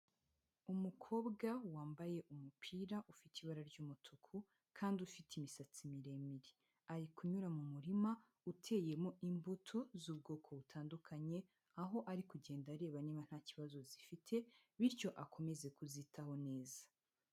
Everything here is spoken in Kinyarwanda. Umukobwa wambaye umupira ufite ibara ry'umutuku kandi ufite imisatsi miremire, ari kunyura mu murima uteyemo imbuto z'ubwoko butandukanye, aho ari kugenda areba niba nta kibazo zifite bityo akomeze kuzitaho neza.